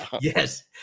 Yes